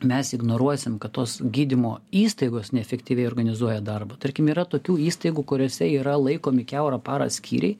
mes ignoruosim kad tos gydymo įstaigos neefektyviai organizuoja darbą tarkim yra tokių įstaigų kuriose yra laikomi kiaurą parą skyriai